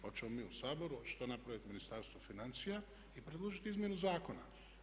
Hoćemo mi u Saboru, hoće li to napraviti Ministarstvo financija i predložiti izmjenu zakona.